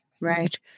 Right